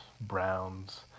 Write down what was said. Browns